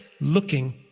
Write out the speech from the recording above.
looking